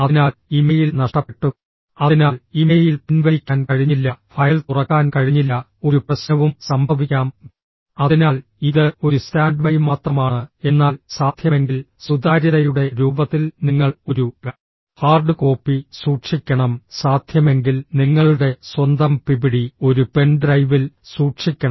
അതിനാൽ ഇമെയിൽ നഷ്ടപ്പെട്ടു അതിനാൽ ഇമെയിൽ പിൻവലിക്കാൻ കഴിഞ്ഞില്ല ഫയൽ തുറക്കാൻ കഴിഞ്ഞില്ല ഒരു പ്രശ്നവും സംഭവിക്കാം അതിനാൽ ഇത് ഒരു സ്റ്റാൻഡ്ബൈ മാത്രമാണ് എന്നാൽ സാധ്യമെങ്കിൽ സുതാര്യതയുടെ രൂപത്തിൽ നിങ്ങൾ ഒരു ഹാർഡ് കോപ്പി സൂക്ഷിക്കണം സാധ്യമെങ്കിൽ നിങ്ങളുടെ സ്വന്തം പിപിടി ഒരു പെൻഡ്രൈവിൽ സൂക്ഷിക്കണം